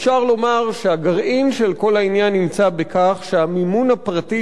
אפשר לומר שהגרעין של כל העניין נמצא בכך שהמימון הפרטי